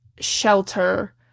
shelter